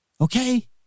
Okay